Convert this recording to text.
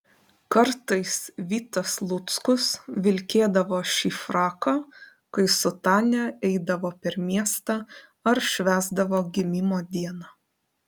kartais vitas luckus vilkėdavo šį fraką kai su tania eidavo per miestą ar švęsdavo gimimo dieną